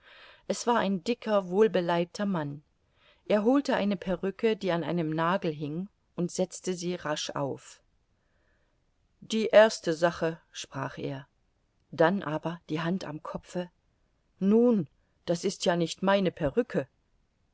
es war ein dicker wohlbeleibter mann er holte eine perrücke die an einem nagel hing und setzte sie rasch auf die erste sache sprach er dann aber die hand am kopfe nun das ist ja nicht meine perrücke